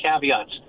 caveats